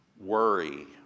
worry